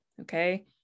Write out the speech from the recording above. Okay